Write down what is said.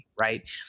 right